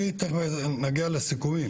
תיכף נגיע לסיכומים,